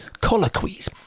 colloquies